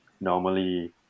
normally